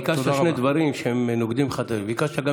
ביקשת שני דברים שנוגדים אחד את השני: ביקשת גם